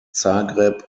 zagreb